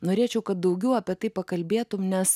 norėčiau kad daugiau apie tai pakalbėtum nes